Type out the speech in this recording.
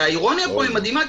והאירוניה פה היא מדהימה,